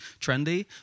trendy